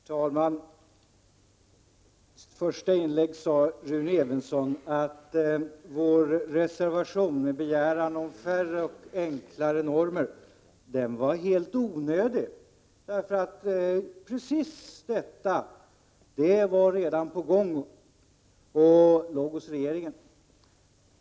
Herr talman! I sitt första inlägg sade Rune Evensson att vår reservation med begäran om färre och enklare normer var helt onödig, därför att precis detta var redan på gång och bereddes hos regeringen.